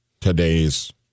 today's